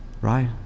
right